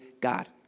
God